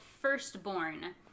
Firstborn